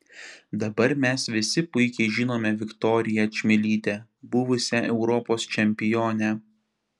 dabar mes visi puikiai žinome viktoriją čmilytę buvusią europos čempionę